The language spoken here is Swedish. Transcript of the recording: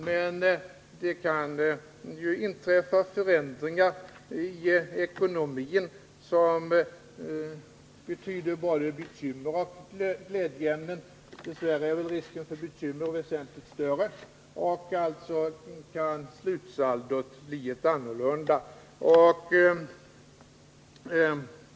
Men det kan inträffa förändringar i ekonomin som innebär både bekymmer och glädjeämnen — dess värre är väl risken för bekymmer väsentligt större än utsikterna till glädjeämnen — och därför kan slutsaldot bli ett annat.